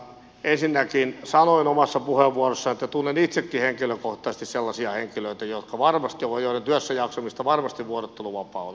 ensinnäkin sanoin omassa puheenvuorossani että tunnen itsekin henkilökohtaisesti sellaisia henkilöitä joiden työssäjaksamista varmasti vuorotteluvapaa on auttanut